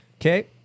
Okay